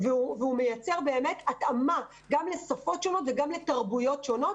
והוא מייצר התאמה גם לשפות שונות וגם לתרבויות שונות.